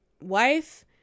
wife